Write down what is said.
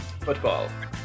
Football